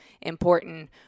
important